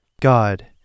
God